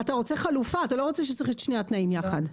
אתה רוצה חלופה, אתה לא רוצה את שני התנאים יחד?